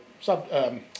sub